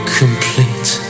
complete